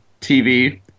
TV